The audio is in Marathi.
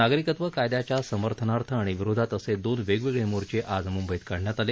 नागरिकत्व कायद्याच्या समर्थनार्थ आणि विरोधात असे दोन वेगवेगळे मोर्चे आज मूंबईत काढण्यात आले